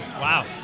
Wow